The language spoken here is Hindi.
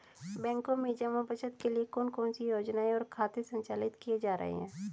बैंकों में जमा बचत के लिए कौन कौन सी योजनाएं और खाते संचालित किए जा रहे हैं?